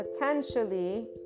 potentially